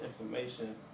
information